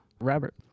Robert